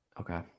Okay